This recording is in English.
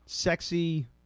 sexy